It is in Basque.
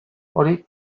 hori